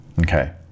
Okay